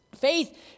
Faith